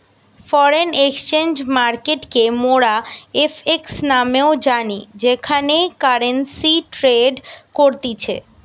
foreign exchange মার্কেটকে মোরা FX নামেও জানি যেখানে কারেন্সি ট্রেড করতিছে